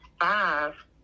five